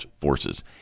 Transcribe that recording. forces